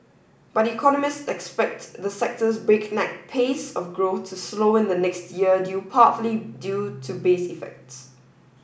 but economist expect the sector's breakneck pace of growth to slow in the new year due partly due to base effects